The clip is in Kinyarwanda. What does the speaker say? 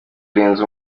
urenze